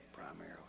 primarily